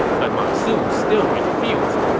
but ma su still refused.